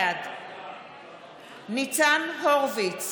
בעד ניצן הורוביץ,